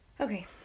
Okay